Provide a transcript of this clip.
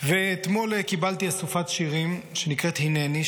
אתמול קיבלתי אסופת שירים שנקראת "הינני",